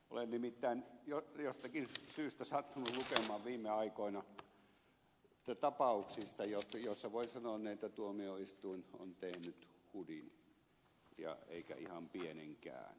olen nimittäin jostakin syystä sattunut lukemaan viime aikoina tapauksista joista voi sanoa näin että tuomioistuin on tehnyt hudin eikä ihan pientäkään